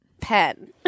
pen